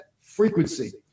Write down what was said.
frequency